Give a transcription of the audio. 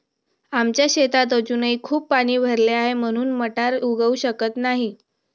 आमच्या शेतात अजूनही खूप पाणी भरले आहे, म्हणून मटार उगवू शकत नाही